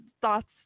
thoughts